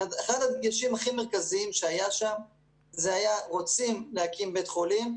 אחד הדגשים המרכזיים היה שכשרוצים להקים בית חולים,